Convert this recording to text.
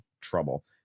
Trouble